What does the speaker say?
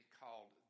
called